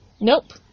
Nope